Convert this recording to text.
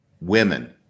women